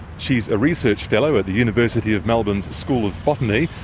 she's a research fellow at the university of melbourne's school of botany.